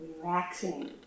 relaxing